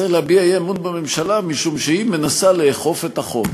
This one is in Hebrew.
צריך להביע אי-אמון בממשלה משום שהיא מנסה לאכוף את החוק.